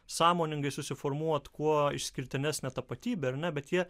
sąmoningai susiformuot kuo išskirtinesnę tapatybę ar ne bet jie